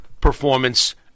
performance